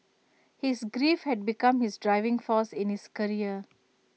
his grief had become his driving force in his career